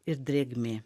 ir drėgmė